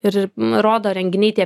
ir rodo renginiai tie